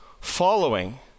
Following